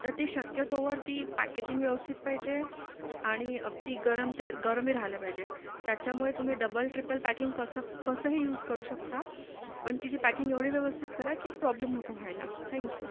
तर ते शक्यतोवर ती पॅकेजिंग व्यवस्थित पाहिजे आणि ती गरम ते गरमही राहिलं पाहिजे त्याच्यामुळे तुम्ही डबल ट्रिपल पॅकिंग कसं कसंही यूज करू शकता पण ती जी पॅकिंग एवढी व्यवस्थित करा की प्रॉब्लेम नको व्हायला थँक्यू